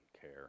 care